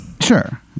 Sure